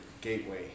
gateway